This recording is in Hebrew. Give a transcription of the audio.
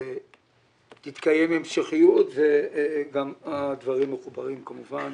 תתקיים המשכיות והדברים מחוברים כמובן